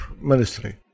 ministry